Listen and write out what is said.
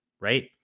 right